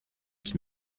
qui